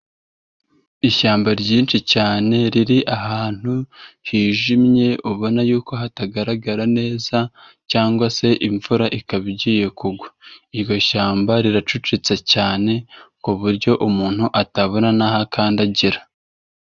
Ishyamba ryinshi cyane riri ahantu hijimye ubona yuko hatagaragara neza cyangwa se imvura ikaba igiye kugwa, iryo shyamba riracucitse cyane ku buryo umuntu atabona n'aho akandagira.